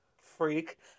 freak